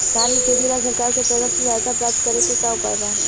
धान के खेती ला सरकार के तरफ से सहायता प्राप्त करें के का उपाय बा?